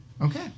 Okay